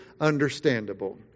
understandable